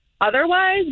otherwise